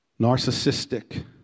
narcissistic